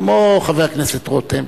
כמו חבר הכנסת רותם,